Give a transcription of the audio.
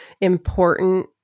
important